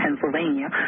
Pennsylvania